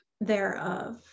thereof